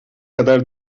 kadar